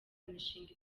imishinga